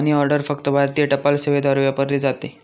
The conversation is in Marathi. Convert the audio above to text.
मनी ऑर्डर फक्त भारतीय टपाल सेवेद्वारे वापरली जाते